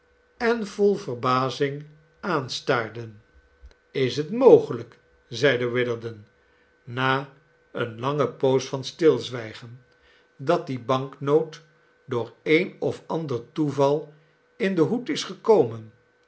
en vol verbazing aanstaarden is het mogelijk zeide witherden na eene lange poos van stilzwijgen dat die banknoot door een of ander toeval in den hoed is gekomen